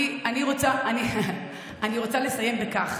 אני רוצה לסיים בכך